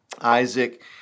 Isaac